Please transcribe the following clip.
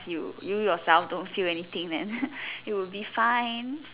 you yourself don't feel anything man it would be fine